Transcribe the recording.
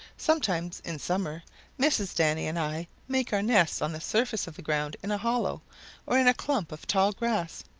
sometimes in summer mrs. danny and i make our nest on the surface of the ground in a hollow or in a clump of tall grass,